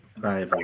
Bye